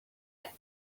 and